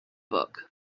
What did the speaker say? book